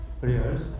prayers